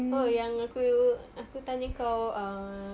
oh yang aku aku tanya kau mm